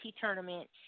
Tournament